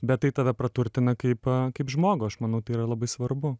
bet tai tave praturtina kaip kaip žmogui aš manau tai yra labai svarbu